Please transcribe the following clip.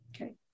Okay